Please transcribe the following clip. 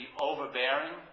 overbearing